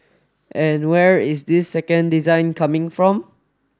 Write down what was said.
and where is this second design coming from